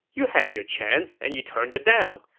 you had your chance and you turned it down.